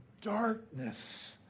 darkness